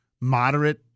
moderate